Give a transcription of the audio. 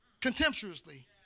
contemptuously